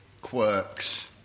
quirks